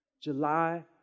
July